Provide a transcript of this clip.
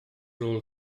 rôl